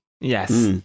Yes